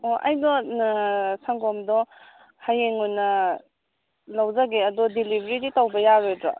ꯑꯣ ꯑꯩꯗꯦ ꯁꯪꯒꯣꯝꯗꯣ ꯍꯌꯦꯡ ꯑꯣꯏꯅ ꯂꯧꯖꯒꯦ ꯑꯗꯣ ꯗꯤꯂꯤꯕꯔꯤꯗꯤ ꯇꯧꯕ ꯌꯥꯔꯣꯏꯗ꯭ꯔꯣ